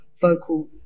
vocal